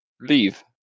leave